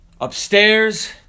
upstairs